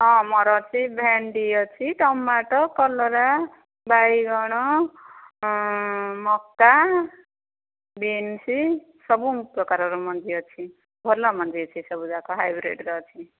ହଁ ମୋର ଅଛି ଭେଣ୍ଡି ଅଛି ଟମାଟୋ କଲରା ବାଇଗଣ ମକା ବିନ୍ସ୍ ସବୁ ପ୍ରକାରର ମଞ୍ଜି ଅଛି ଭଲ ମଞ୍ଜି ଅଛି ସବୁଯାକ ହାଇବ୍ରିଡ଼୍ର ଅଛି